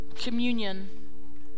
communion